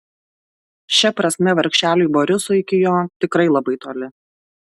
šia prasme vargšeliui borisui iki jo tikrai labai toli